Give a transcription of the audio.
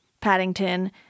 paddington